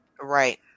Right